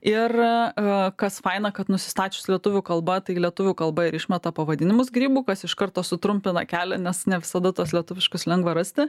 ir kas faina kad nusistačius lietuvių kalba tai lietuvių kalba ir išmeta pavadinimus grybų kas iš karto sutrumpina kelią nes ne visada tuos lietuviškus lengva rasti